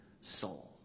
soul